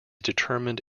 determined